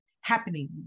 happening